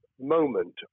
moment